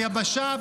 ביבשה,